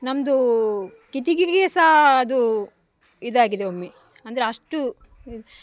ನಮ್ಮದು ಕಿಟಕಿಗೆ ಸಹ ಅದು ಇದಾಗಿದೆ ಒಮ್ಮೆ ಅಂದರೆ ಅಷ್ಟು